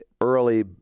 early